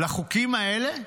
לחוקים האלה?